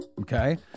okay